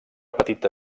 petita